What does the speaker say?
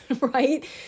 right